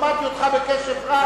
שמעתי אותך בקשב רב.